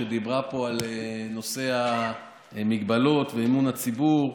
שדיברה פה על נושא ההגבלות ואמון הציבור.